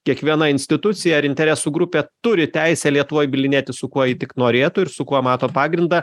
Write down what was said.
kiekviena institucija ar interesų grupė turi teisę lietuvoj bylinėtis su kuo ji tik norėtų ir su kuo mato pagrindą